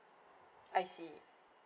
I see